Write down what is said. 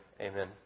Amen